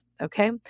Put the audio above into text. okay